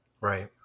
right